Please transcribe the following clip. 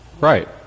Right